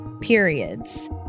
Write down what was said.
periods